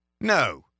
No